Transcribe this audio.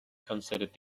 considered